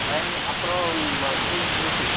ଭାଇ ଆପଣ ମାଲକାନଗିରି ଯିବ କି